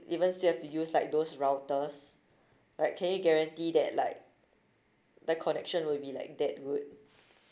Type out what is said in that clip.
even still have to use like those routers like can you guarantee that like the connection will be like that good